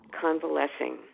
convalescing